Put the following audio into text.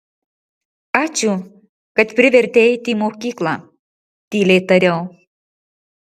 ačiū kad privertei eiti į mokyklą tyliai tariau